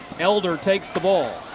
elder takes the ball.